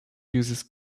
uses